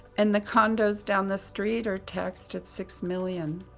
and the condos down the street are taxed at six million.